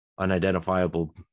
unidentifiable